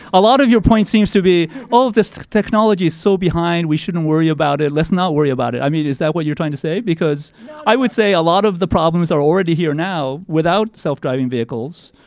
a lot of your point seems to be, all of this technology is so behind, we shouldn't worry about it, let's not worry about it. i mean, is that what you're trying to say, because no i would say a lot of the problems are already here now, without self-driving vehicles,